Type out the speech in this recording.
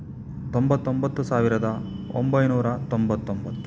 ತೊಂಬತ್ತೊಂಬತ್ತು ಸಾವಿರದ ಒಂಬೈನೂರ ತೊಂಬತ್ತೊಂಬತ್ತು